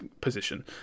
position